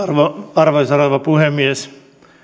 arvoisa rouva puhemies